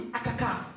akaka